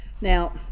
now